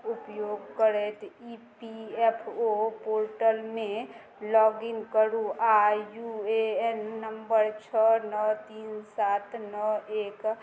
उपयोग करैत E P F O पोर्टलमे लॉग इन करू आ यू ए एन नम्बर छओ नओ तीन सात नओ एक